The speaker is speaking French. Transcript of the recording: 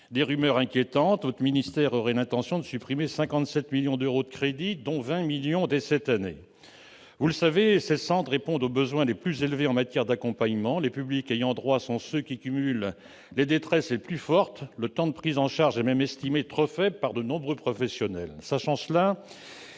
des rumeurs inquiétantes. Votre ministère aurait l'intention de supprimer 57 millions d'euros de crédits, dont 20 millions d'euros dès cette année. Vous le savez, ces centres répondent aux besoins les plus élevés en matière d'accompagnement. Les publics ayants droit sont ceux qui cumulent les détresses les plus fortes. Le temps de prise en charge est même jugé trop faible par de nombreux professionnels. Dès lors,